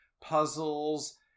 puzzles